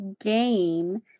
game